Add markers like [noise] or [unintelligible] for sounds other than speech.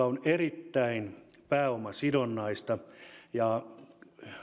[unintelligible] on erittäin pääomasidonnaista